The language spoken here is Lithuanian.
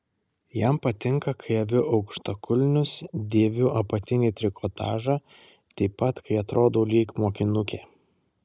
jam patinka kai aviu aukštakulnius dėviu apatinį trikotažą taip pat kai atrodau lyg mokinukė